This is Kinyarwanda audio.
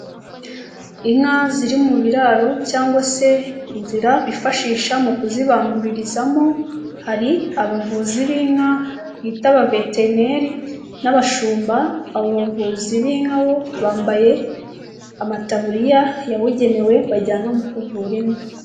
Inka ziri mu biraro cyangwa se inzira bifashisha mu kuzibanguririzamo, hari abavuzi b'inka bita abaveterineri n'abashumba, abo bavuzi b'inka bo bambaye amataburiya yabugenewe bajyana mu kuvura inka.